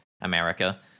america